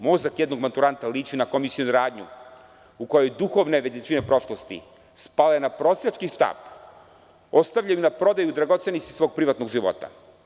Mozak jednog maturanta liči na komisionu radnju u kojoj duhovne veličine prošlosti spadaju na prosjački štap, ostavljen na prodaju dragocenosti svog privatnog života.